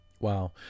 Wow